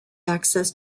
access